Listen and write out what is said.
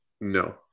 No